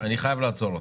אני חייב לעצור אותך.